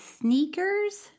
sneakers